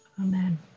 amen